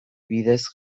bidez